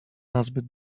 nazbyt